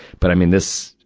but i mean, this,